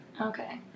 Okay